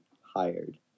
hired